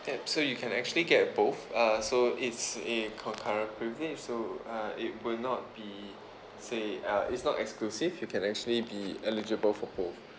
ya so you can actually get both ah so it's a concurrent privilege so uh it will not be say uh it's not exclusive you can actually be eligible for both